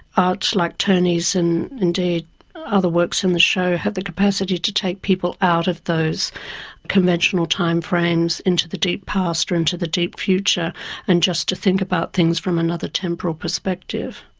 like tony's and indeed other works in the show have the capacity to take people out of those conventional timeframes into the deep past or into the deep future and just to think about things from another temporal perspective.